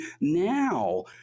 now